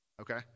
Okay